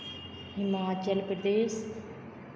Himachal Pradesh